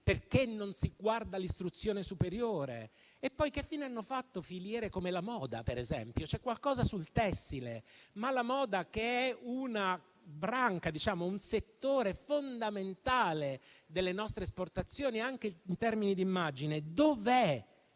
Perché non si guarda all'istruzione superiore? Che fine hanno fatto filiere come quella della moda, per esempio? C'è qualcosa sul tessile, ma la moda che è un settore fondamentale delle nostre esportazioni, anche in termini di immagine, dov'è?